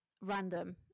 Random